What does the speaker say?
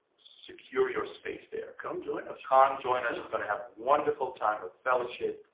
secure your space there. come join us. can, join us. we're gonna have a wonderful time of fellowship,